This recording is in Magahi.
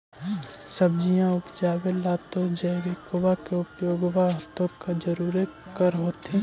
सब्जिया उपजाबे ला तो जैबिकबा के उपयोग्बा तो जरुरे कर होथिं?